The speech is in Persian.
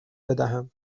بدهم